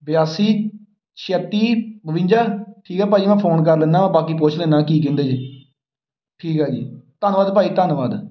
ਬਿਆਸੀ ਛੱਤੀ ਬਵੰਜਾ ਠੀਕ ਆ ਭਾਅ ਜੀ ਮੈਂ ਫੋਨ ਕਰ ਲੈਂਦਾ ਬਾਕੀ ਪੁੱਛ ਲੈਨਾ ਕੀ ਕਹਿੰਦੇ ਜੇ ਠੀਕ ਆ ਜੀ ਧੰਨਵਾਦ ਭਾਅ ਜੀ ਧੰਨਵਾਦ